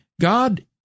God